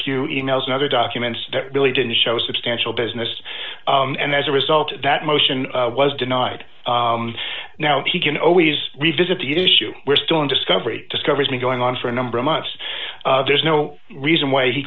few e mails and other documents that really didn't show substantial business and as a result that motion was denied and now he can always revisit the issue we're still in discovery discovery's been going on for a number of months there's no reason why he